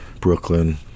Brooklyn